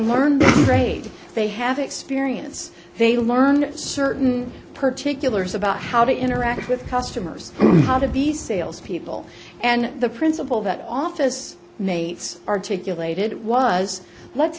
learn great they have experience they learn certain particulars about how to interact with customers how to be salespeople and the principle that office mates articulated it was let's